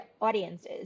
audiences